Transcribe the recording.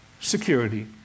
security